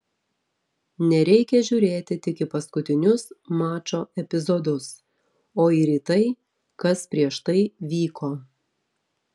nereikia žiūrėti tik į paskutinius mačo epizodus o ir į tai kas prieš tai vyko